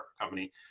company